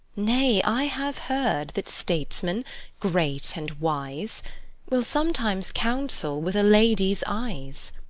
nay, i have heard that statesmen great and wise will sometimes counsel with a lady's eyes!